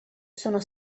sono